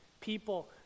people